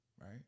right